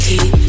Keep